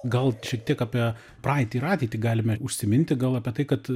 gal šiek tiek apie praeitį ir ateitį galime užsiminti gal apie tai kad